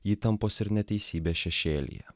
įtampos ir neteisybės šešėlyje